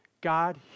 God